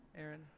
Aaron